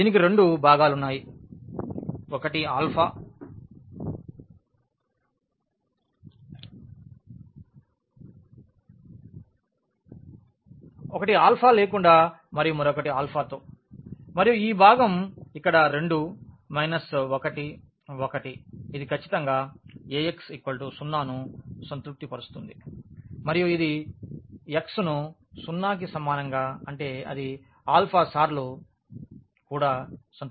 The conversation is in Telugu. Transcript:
దీనికి రెండు భాగాలు ఉన్నాయి ఒకటి ఈ ఆల్ఫా లేకుండా మరియు మరొకటి ఆల్ఫాతో మరియు ఈ భాగం ఇక్కడ 2 మైనస్ 1 1 ఇది ఖచ్చితంగా Ax 0 ను సంతృప్తి పరుస్తుంది మరియు ఇది x ను 0 కి సమానంగా ఉంటే అది ఆల్ఫా సార్లు సంతృప్తి పరుస్తుంది